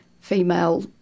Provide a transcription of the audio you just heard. female